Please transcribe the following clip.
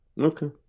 Okay